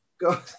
Go